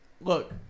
look